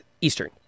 Eastern